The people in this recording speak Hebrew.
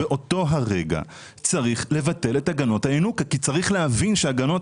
באותו הרגע צריך לבטל את הגנות הינוקא כי צריך להבין שהגנות